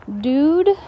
dude